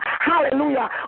Hallelujah